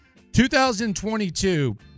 2022